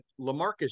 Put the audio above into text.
Lamarcus